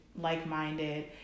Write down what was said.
like-minded